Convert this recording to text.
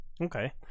Okay